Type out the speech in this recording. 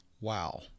wow